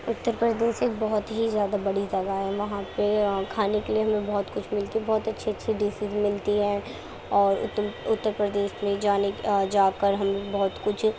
اتّر پردیش ایک بہت ہی زیادہ بڑی تعداد وہاں پہ کھانے کے لیے بھی بہت کچھ ملتی بہت اچھی اچھی ڈسیز ملتی ہے اور اتّر اتّر پردیش میں جانے جا كر ہم بہت کچھ